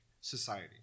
society